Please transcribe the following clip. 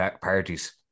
parties